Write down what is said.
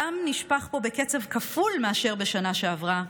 דם נשפך פה בקצב כפול מאשר בשנה שעברה.